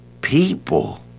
people